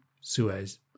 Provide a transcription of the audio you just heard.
Suez